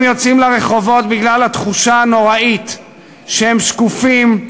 הם יוצאים לרחובות בגלל התחושה הנוראית שהם שקופים,